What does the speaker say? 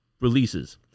releases